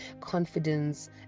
confidence